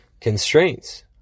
constraints